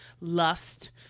lust